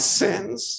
sins